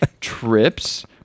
trips